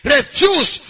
Refuse